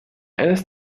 eines